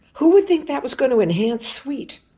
who would think that was going to enhance sweet!